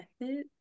method